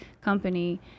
company